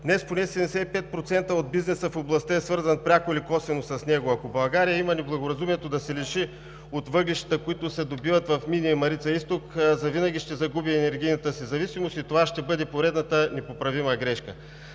Днес поне 75% от бизнеса в областта е свързан пряко или косвено с него. Ако България има неблагоразумието да се лиши от въглищата, които се добиват в Мини „Марица изток“, завинаги ще загуби енергийната си независимост и това ще бъде поредната непоправима грешка.